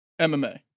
MMA